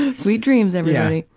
and sweet dreams, everybody.